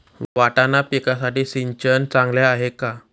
वाटाणा पिकासाठी सिंचन चांगले आहे का?